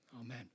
Amen